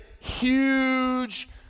Huge